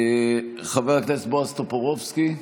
חבר הכנסת בועז טופורובסקי,